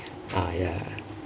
ah ya